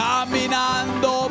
Caminando